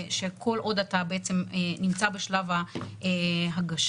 שכל עוד אתה נמצא בשלב ההגשה,